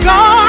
God